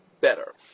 better